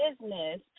business